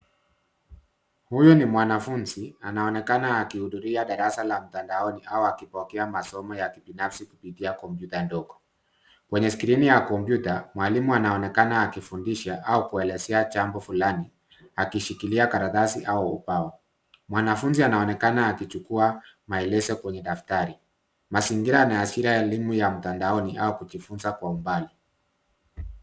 Huyu ni mwanafunzi anaonekana akihudhuria darasa lamatandaoni au akipokea masomo ya kibinafsi kupitia komyuta ndogo. Kwenye skrini ya kompyuta mwalimu anaonekana akifundisha au kuelezea jambo fulani akishikilia karatasi au ubao. Mwanafunzi anaonekana akichukua maelezo kwenye daftari. Mazingira yanaashiria elimu ya mtandaoni au kujifunza kwa umbali.